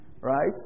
Right